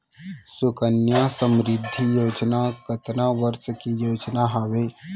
सुकन्या समृद्धि योजना कतना वर्ष के योजना हावे?